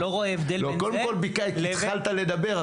אתה לא רואה הבדל בין זה --- קודם כל התחלת לדבר,